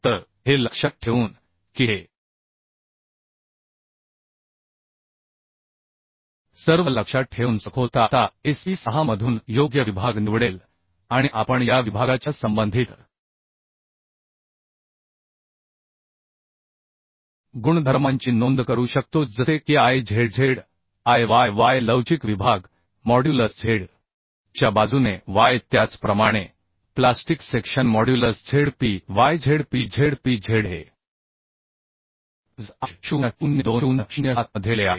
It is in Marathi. तर हे लक्षात ठेवून की हे सर्व लक्षात ठेवून सखोलता आता sp6 मधून योग्य विभाग निवडेल आणि आपण या विभागाच्या संबंधित गुणधर्मांची नोंद करू शकतो जसे की I z z I y y लवचिक विभाग मॉड्युलस z च्या बाजूने y त्याचप्रमाणे plastic section modulus zp y zp zp z हे Is 800 2007 मध्ये दिले आहे